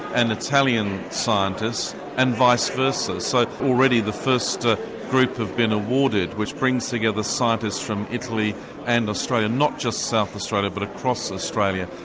and italian scientists and visa versa, so already the first group have been awarded, which brings together scientists from italy and australia, not just south australia but across australia.